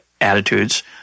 attitudes